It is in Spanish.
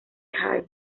jay